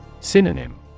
Synonym